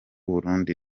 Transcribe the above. burundi